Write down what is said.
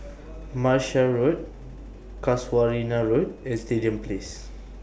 Martia Road Casuarina Road and Stadium Place